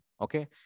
Okay